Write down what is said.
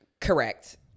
correct